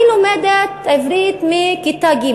אני לומדת עברית מכיתה ג'.